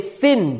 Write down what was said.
sin